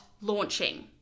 launching